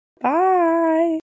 Bye